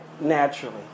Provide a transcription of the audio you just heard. naturally